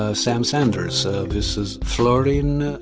ah sam sanders, so this is florin. ah